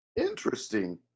interesting